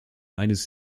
eines